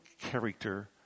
character